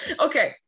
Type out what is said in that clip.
okay